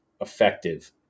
effective